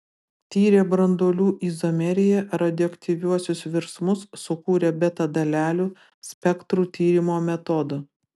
tyrė branduolių izomeriją radioaktyviuosius virsmus sukūrė beta dalelių spektrų tyrimo metodų